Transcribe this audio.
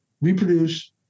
reproduce